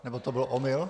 Nebo to byl omyl?